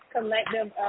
collective